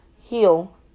heel